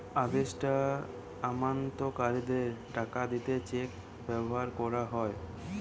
আদেষ্টা আমানতকারীদের টাকা দিতে চেক ব্যাভার কোরা হয়